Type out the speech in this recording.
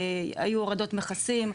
היו הורדות מכסים.